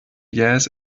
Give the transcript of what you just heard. jähes